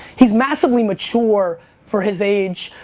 he is massively mature for his age.